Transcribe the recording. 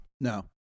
No